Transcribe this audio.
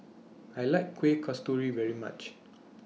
I like Kuih Kasturi very much